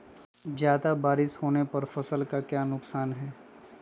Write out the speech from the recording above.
ज्यादा बारिस होने पर फसल का क्या नुकसान है?